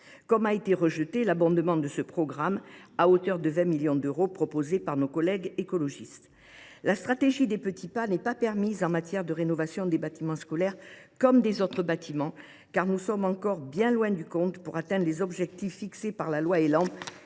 comme a été rejeté l’abondement de ce programme, à hauteur de 20 millions d’euros, proposé par nos collègues écologistes. La stratégie des petits pas n’est pas permise en matière de rénovation des établissements scolaires comme des autres bâtiments, car nous sommes encore bien loin du compte si nous voulons atteindre les objectifs fixés par la loi du